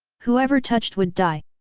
whoever touched would die!